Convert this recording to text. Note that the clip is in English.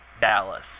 Dallas